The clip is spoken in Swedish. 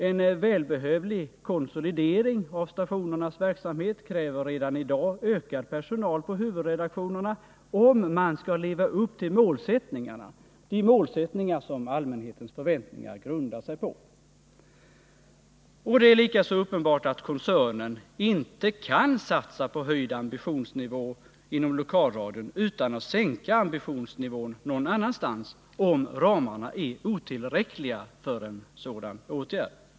En välbehövlig konsoli Torsdagen den dering av stationernas verksamhet kräver redan i dag ökad personal på 13 mars 1980 huvudredaktionerna om man skall leva upp till de målsättningar som allmänhetens förväntningar grundar sig på. Det är likaså uppenbart att koncernen inte kan satsa på höjd ambitionsnivå inom lokalradion utan att sänka ambitionsnivån någon annanstans, om ramarna är otillräckliga för en sådan åtgärd.